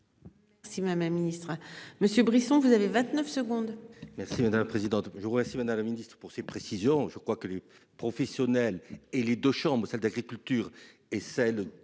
Si ma ma ministre monsieur Brisson. Vous avez 29 secondes. Merci madame la présidente, je vous remercie, madame la Ministre, pour ces précisions. Je crois que les professionnels et les deux chambres, salle d'agriculture et celle de commerce